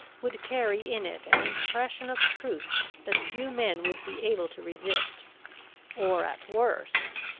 would carry in it an impression of truth that few men would be able to resist or, at worst,